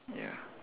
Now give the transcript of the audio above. ya